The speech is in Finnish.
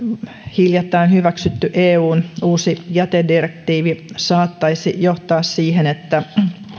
hiljattain hyväksytty eun uusi jätedirektiivi saattaisi johtaa siihen että